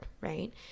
right